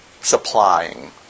supplying